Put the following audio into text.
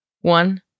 One